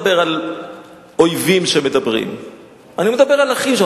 המים העירוני על-ידי קידום הקמתם של תאגידי המים